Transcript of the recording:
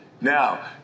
Now